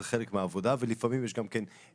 זה חלק מהעבודה ולפעמים יש גם כן פגישות